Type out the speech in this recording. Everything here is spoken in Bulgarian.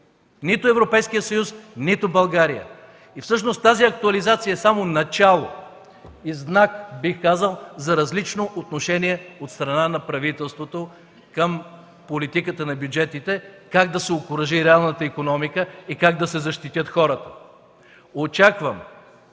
нито Европейския съюз, нито България! Всъщност тази актуализация е само начало и знак за различно отношение от страна на правителството към политиката на бюджетите – как да се окуражи реалната икономика и как да се защитят хората. Очаквам